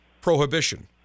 prohibition